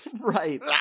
Right